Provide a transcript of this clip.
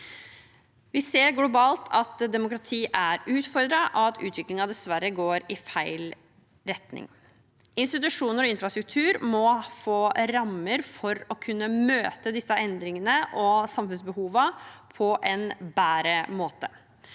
Vi ser globalt at demokratiet er utfordret av at utviklingen dessverre går i feil retning. Institusjoner og infrastruktur må få rammer for å kunne møte disse endringene og samfunnsbehovene på en bedre måte.